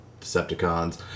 Decepticons